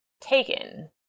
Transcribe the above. taken